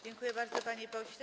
Dziękuję bardzo, panie pośle.